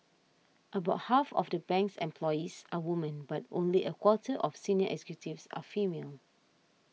about half of the bank's employees are women but only a quarter of senior executives are female